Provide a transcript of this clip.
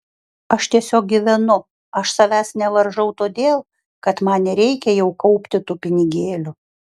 aš tiesiog gyvenu aš savęs nevaržau todėl kad man nereikia jau kaupti tų pinigėlių